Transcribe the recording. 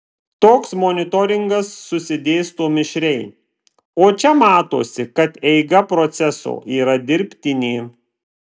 toks monitoringas susidėsto mišriai o čia matosi kad eiga proceso yra dirbtinė